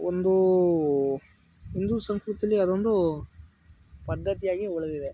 ಒಂದು ಹಿಂದೂ ಸಂಸ್ಕೃತೀಲಿ ಅದೊಂದು ಪದ್ದತಿಯಾಗಿ ಉಳಿದಿದೆ